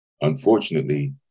unfortunately